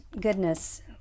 goodness